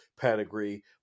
pedigree